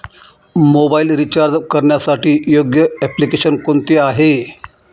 Mobile recharge करण्यासाठी योग्य application कोणते आहे?